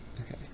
Okay